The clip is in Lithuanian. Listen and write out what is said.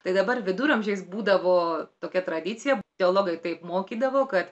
tai dabar viduramžiais būdavo tokia tradicija teologai taip mokydavo kad